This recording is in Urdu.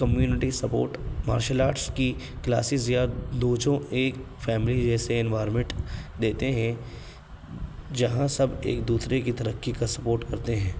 کمیونٹی سپورٹ مارشل آرٹس کی کلاسیز یا ایک فیملی جیسے انوائرمنٹ دیتے ہیں جہاں سب ایک دوسرے کی ترقی کا سپورٹ کرتے ہیں